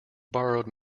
borrowed